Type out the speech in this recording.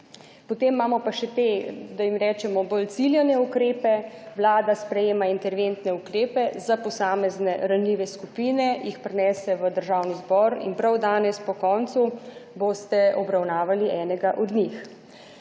Potem imamo pa še te, da jim rečemo bolj ciljane ukrepe. Vlada sprejema interventne ukrepe za posamezne ranljive skupine, jih prinese v Državni zbor in prav danes po koncu boste obravnavali enega od njih.